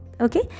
Okay